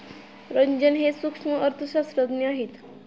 रंजन हे सूक्ष्म अर्थशास्त्रज्ञ आहेत